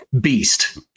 beast